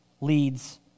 leads